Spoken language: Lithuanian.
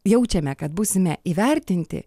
jaučiame kad būsime įvertinti